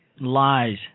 lies